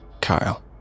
Kyle